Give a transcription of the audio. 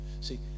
See